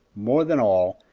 more than all,